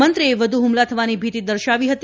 મંત્રીએ વધુ હમલા થવાની ભીતી દર્શાવી હતી